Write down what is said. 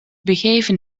begeven